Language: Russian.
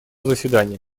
заседания